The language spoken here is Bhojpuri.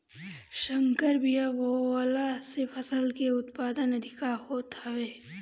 संकर बिया बोअला से फसल के उत्पादन अधिका होत हवे